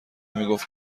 میگفت